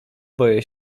boję